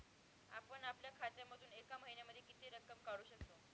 आपण आपल्या खात्यामधून एका महिन्यामधे किती रक्कम काढू शकतो?